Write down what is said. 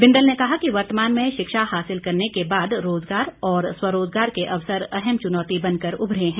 बिंदल ने कहा कि वर्तमान में शिक्षा हासिल करने के बाद रोजगार और स्वरोजगार के अवसर अहम चुनौती बनकर उभरे हैं